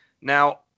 Now